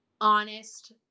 honest